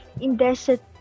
indecent